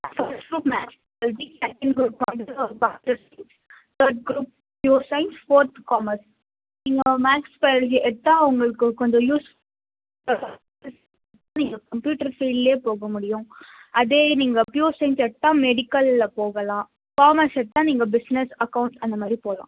first group maths biology second group third group pure science fourth commerce நீங்கள் biology எடுத்தால் உங்களுக்கு கொஞ்சம் use நீங்கள் கம்ப்யூட்டர் ஃபீல்டுலே போகமுடியும் அதே நீங்கள் ப்யூர் சயின்ஸ் எடுத்தால் மெடிக்கலில் போகலாம் காமஸ் எடுத்தால் நீங்கள் பிஸ்னஸ் அகௌண்ட்ஸ் அந்தமாதிரி போகலாம்